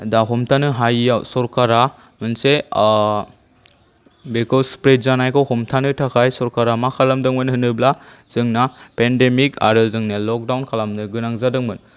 दा हमथानो हायैयाव सरकारा मोनसे बेखौ स्प्रेड जानायखौ हमथानो थाखाय सरकारा मा खालामदोंमोन होनोब्ला जोंना पेन्डेमिक आरो जोंनिया ल'कडाउन खालामनो गोनां जादोंमोन